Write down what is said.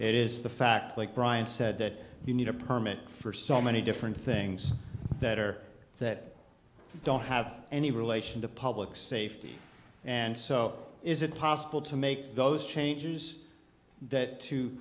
it is the fact like brian said that you need a permit for so many different things that are that don't have any relation to public safety and so is it possible to make those changes that to